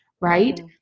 right